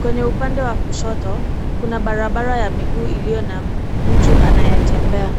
Kwenye upande wa kushoto, kuna barabara ya miguu iliyo na mtu anayetembea.